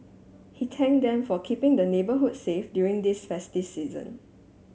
he thanked them for keeping the neighbourhood safe during this festive season